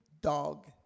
dog